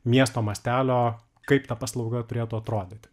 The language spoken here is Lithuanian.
miesto mastelio kaip ta paslauga turėtų atrodyti